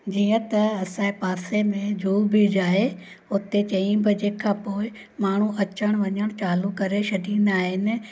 जीअं त असांजे पासे में जुहू बीच आहे उते चईं बजे खां पोइ माण्हू अचणु वञणु चालू करे छॾींदा आहिनि